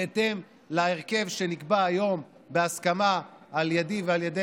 בהתאם להרכב שנקבע היום בהסכמה על ידי ועל ידי